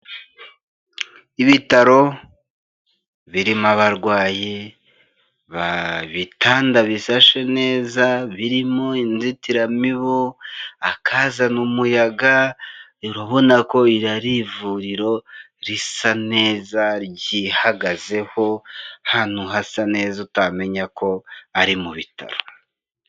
Ibitaro birimo abarwayi, ibitanda bisashe neza birimo inzitiramibu, akazana umuyaga, urabona ko iri ari ivuriro risa neza ryihagazeho ahantu hasa neza utamenya ko ari mu bitaro.